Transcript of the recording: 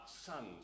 sons